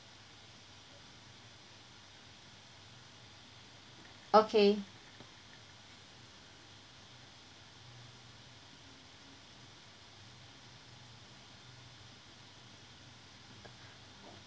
okay